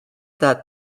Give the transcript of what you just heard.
that